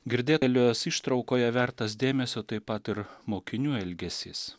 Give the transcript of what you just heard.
girdėdami jos ištraukoje vertas dėmesio taip pat ir mokinių elgesys